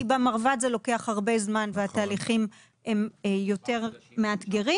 במרב"ד זה לוקח הרבה זמן והתהליכים יותר מאתגרים.